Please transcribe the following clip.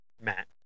Matt